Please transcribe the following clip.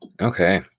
Okay